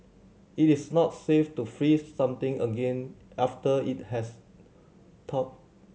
it is not safe to freeze something again after it has thawed